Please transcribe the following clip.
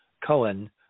Cohen